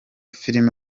filime